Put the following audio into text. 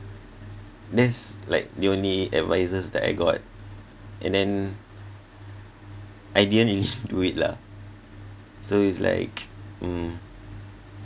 that's like the only advices that I got and then I didn't really do it lah so it's like um